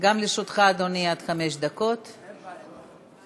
גם לרשותך, אדוני, חמש דקות, בבקשה.